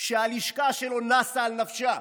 שהלשכה שלו נסה על נפשה?